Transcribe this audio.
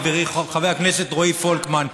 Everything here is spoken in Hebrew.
חברי חבר הכנסת פולקמן.